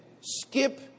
skip